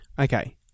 Okay